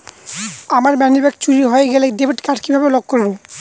আমার মানিব্যাগ চুরি হয়ে গেলে ডেবিট কার্ড কিভাবে লক করব?